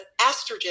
estrogen